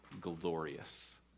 glorious